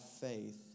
faith